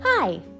Hi